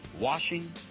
washing